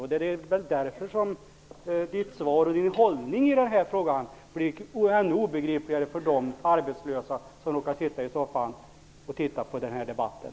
Mot den här bakgrunden blir utbildningsministerns svar och hållning i den här frågan ännu obegripligare för de arbetslösa som råkar sitta i soffan och se på den här debatten.